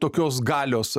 tokios galios